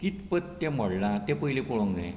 कितपत तें मोडलां तें पयलीं पळोवंक जाय